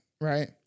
right